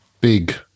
big